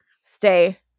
Stay